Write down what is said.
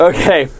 Okay